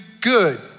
good